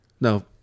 No